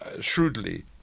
shrewdly